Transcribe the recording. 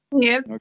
Yes